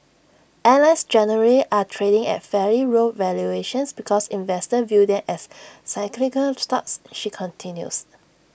airlines generally are trading at fairly low valuations because investors view them as cyclical stocks she continues